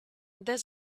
there